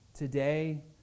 Today